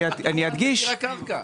תוותרו על מחיר הקרקע.